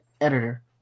editor